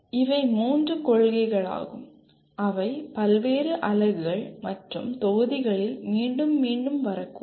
இவை மூன்று கொள்கைகளாகும் அவை பல்வேறு அலகுகள் மற்றும் தொகுதிகளில் மீண்டும் மீண்டும் வரக்கூடும்